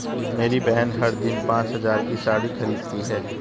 मेरी बहन हर दिन पांच हज़ार की साड़ी खरीदती है